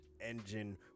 engine